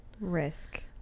risk